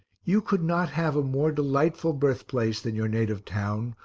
you could not have a more delightful birthplace than your native town,